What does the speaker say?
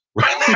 right.